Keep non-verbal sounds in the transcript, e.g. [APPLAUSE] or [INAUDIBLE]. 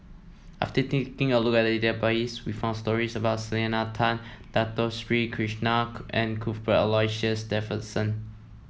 after taking a look at the database we found stories about Selena Tan Dato Sri Krishna [UNINTELLIGIBLE] and Cuthbert Aloysius Shepherdson